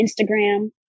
Instagram